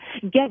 get